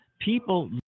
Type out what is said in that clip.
People